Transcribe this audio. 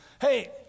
Hey